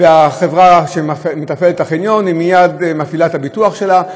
והחברה שמתפעלת את החניון מייד מפעילה את הביטוח שלה,